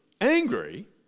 Angry